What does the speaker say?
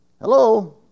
Hello